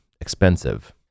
expensive